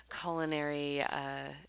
culinary